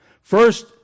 First